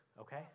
Okay